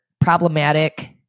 problematic